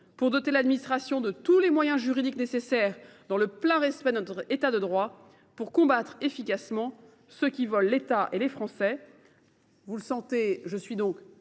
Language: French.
de doter l’administration de tous les moyens juridiques nécessaires, dans le plein respect de notre État de droit, pour combattre efficacement ceux qui volent l’État et les Français.